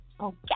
Okay